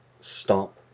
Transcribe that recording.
stop